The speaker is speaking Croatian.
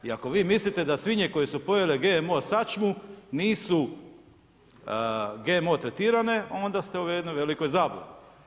I ako vi mislite da svinje koje su pojele GMO sačmu nisu GMO tretirane, onda ste u jednoj velikoj zabludi.